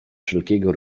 wszelkiego